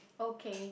okay